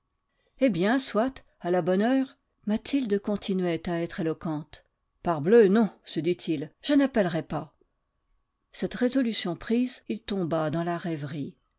eh bien soit à la bonne heure mathilde continuait à être éloquente parbleau non se dit-il je n'appellerai pas cette résolution prise il tomba dans la rêverie